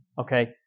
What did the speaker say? okay